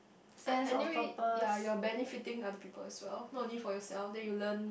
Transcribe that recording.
uh anyway ya you're benefitting other people as well not only for yourself then you learn